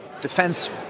defense